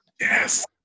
Yes